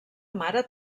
mare